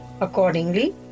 Accordingly